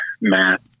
Matt